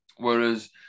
Whereas